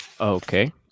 Okay